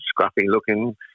scruffy-looking